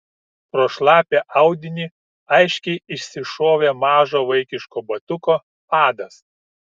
pro šlapią audinį aiškiai išsišovė mažo vaikiško batuko padas